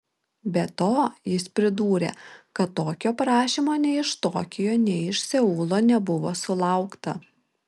be to jis pridūrė kad tokio prašymo nei iš tokijo nei iš seulo nebuvo sulaukta